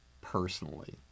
personally